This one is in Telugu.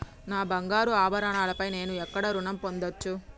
నా బంగారు ఆభరణాలపై నేను ఎక్కడ రుణం పొందచ్చు?